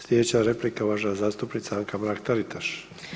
Slijedeća replika uvažena zastupnica Anka Mrak-Taritaš.